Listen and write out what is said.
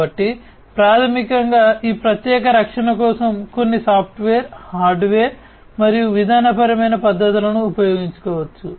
కాబట్టి ప్రాథమికంగా ఈ ప్రత్యేక రక్షణ కోసం కొన్ని సాఫ్ట్వేర్ హార్డ్వేర్ మరియు విధానపరమైన పద్ధతులను ఉపయోగించవచ్చు